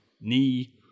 knee